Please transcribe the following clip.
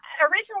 originally